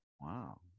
Wow